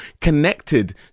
connected